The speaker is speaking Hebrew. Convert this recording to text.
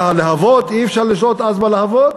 מה, הלהבות, אי-אפשר לשלוט אז בלהבות?